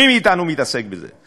מי מאתנו מתעסק בזה?